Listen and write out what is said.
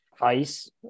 ice